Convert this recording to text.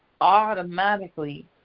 automatically